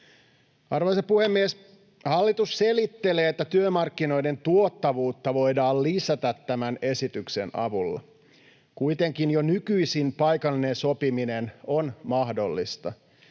Arvoisa puhemies! Hallitus selittelee, että työmarkkinoiden tuottavuutta voidaan lisätä tämän esityksen avulla. Kuitenkin jo nykyisin paikallinen sopiminen on mahdollista.